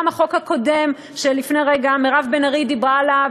גם החוק הקודם שלפני רגע מירב בן ארי דיברה עליו,